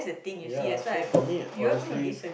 ya so for me honestly